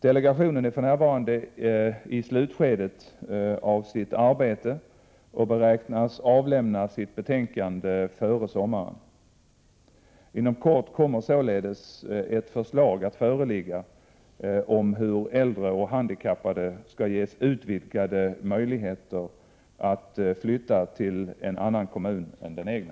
Delegationen är för närvarande i slutskedet av sitt arbete och beräknas avlämna sitt betänkande före sommaren. Inom kort kommer således ett förslag att föreligga om hur äldre och handikappade skall ges utvidgade möjligheter att flytta till annan kommun än den egna.